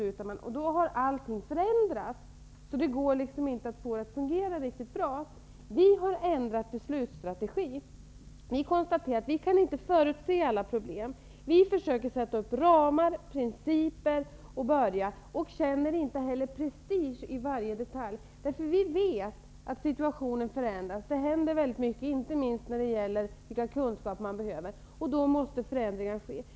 Under tiden har allting förändrats, och det går inte att få det att fungera riktigt bra. Vi har ändrat beslutsstrategi. Ni konstaterar att vi inte kan förutse alla problem. Vi försöker sätta upp ramar och principer, och vi känner inte prestige i varje detalj. Vi vet nämligen att situationen förändras. Det händer mycket, inte minst när det gäller vilka kunskaper som behövs, och då måste förändringar ske.